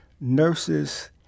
Nurses